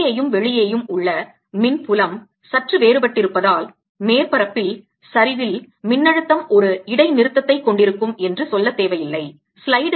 உள்ளேயும் வெளியேயும் உள்ள மின் புலம் சற்று வேறுபட்டிருப்பதால் மேற்பரப்பில் சரிவில் மின்னழுத்தம் ஒரு இடைநிறுத்தத்தைக் கொண்டிருக்கும் என்று சொல்லத் தேவையில்லை